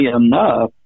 enough